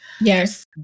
Yes